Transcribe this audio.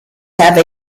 have